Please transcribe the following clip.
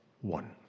one